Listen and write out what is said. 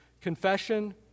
confession